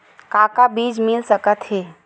का का बीज मिल सकत हे?